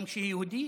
גם כשהוא יהודי,